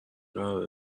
قراره